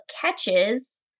catches